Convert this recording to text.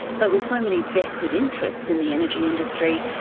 but with so many vested interests in the energy industry,